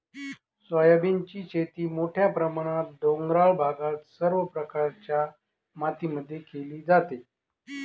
सोयाबीनची शेती मोठ्या प्रमाणात डोंगराळ भागात सर्व प्रकारच्या मातीमध्ये केली जाते